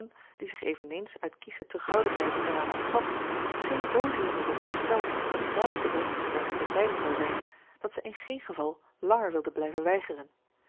die zich eveneens uit kiesche terughoudendheid eraan onttrok scheen zoozeer erop gesteld dat zij de brengster der goede tijding zou zijn dat zij in geen geval langer wilde blijven weigeren